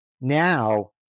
now